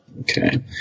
Okay